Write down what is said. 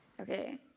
Okay